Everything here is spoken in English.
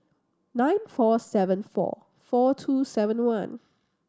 nine four seven four four two seven one